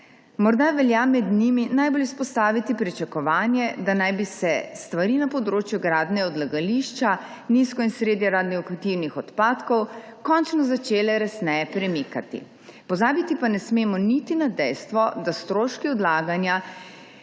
Morda velja med njimi najbolj izpostaviti pričakovanje, da naj bi se stvari na področju gradnje odlagališča nizko- in srednjeradioaktivnih odpadkov končno začele resneje premikati. Pozabiti pa ne smemo niti na dejstvo, da stroški odlaganja